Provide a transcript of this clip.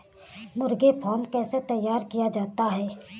मुर्गी फार्म कैसे तैयार किया जाता है?